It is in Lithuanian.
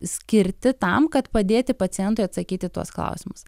skirti tam kad padėti pacientui atsakyt į tuos klausimus